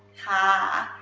ha.